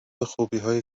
خوبیهایی